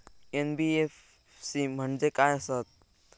NBFC म्हणजे खाय आसत?